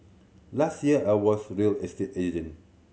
last year I was real estate agent